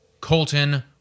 Colton